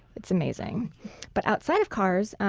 it's amazing but outside of kars,